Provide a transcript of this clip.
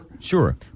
Sure